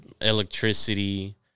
electricity